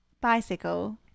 Bicycle